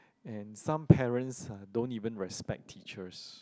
and some parents are don't even respect teachers